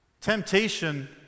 Temptation